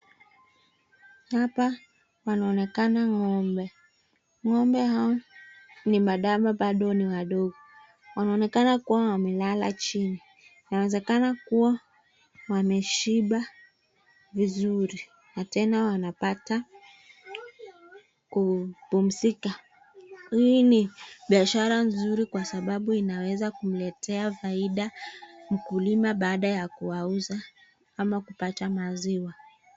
Hapa wanaonekana ng'ombe.Ng'ombe hao ni mandama, bado ni wadogo. Wanaonekana kuwa wamelala chini. Inawezekana kuwa wameshiba vizuri na tena wamepata kupumzika. Hii ni biashara mzuri sababu inaweza kumletea faida mkulima baada ya kuwauza ama kupata maziwa.